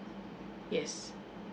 yes